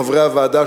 חברי הוועדה,